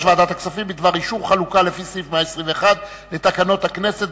ועדת הכספים בדבר אישור חלוקה לפי סעיף 121 לתקנון הכנסת,